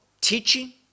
teaching